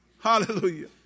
Hallelujah